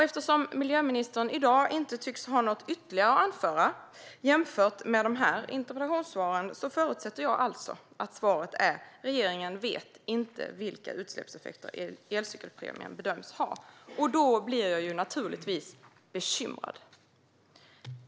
Eftersom miljöministern i dag inte tycks ha något ytterligare att anföra jämfört med dessa interpellationssvar förutsätter jag alltså att svaret är: Regeringen vet inte vilka utsläppseffekter elcykelpremien bedöms ha. Då blir jag naturligtvis bekymrad.